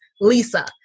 Lisa